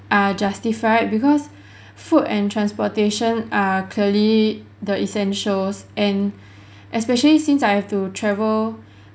are justified because food and transportation are clearly the essentials and especially since I have to travel